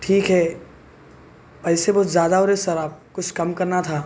ٹھیک ہے پیسے بہت زیادہ ہو رہے سر آپ کچھ کم کرنا تھا